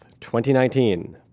2019